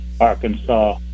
Arkansas